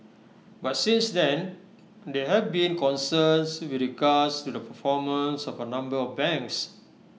but since then there have been concerns with regards to the performance of A number of banks